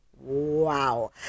Wow